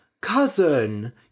Cousin